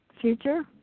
future